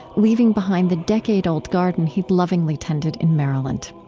leaving behind the decade-old garden he'd lovingly tended in maryland.